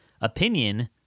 opinion